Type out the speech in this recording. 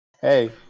Hey